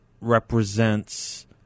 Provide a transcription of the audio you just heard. represents